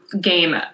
game